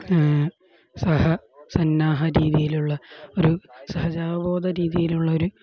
സഹ സന്നാഹ രീതിയിലുള്ള ഒരു സഹജാ ബോധം രീതിയിലുള്ള ഒരു